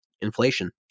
inflation